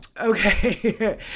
okay